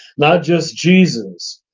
not just jesus.